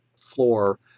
floor